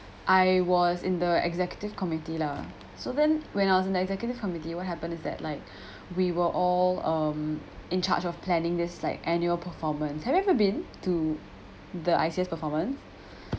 I was in the executive committee lah so then when I was an executive committee what happen is that like we were all um in charge of planning this like annual performance have you ever been to the I_C_S performance